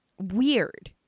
Weird